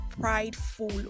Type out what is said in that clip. prideful